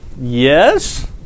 Yes